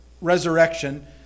resurrection